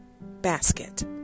basket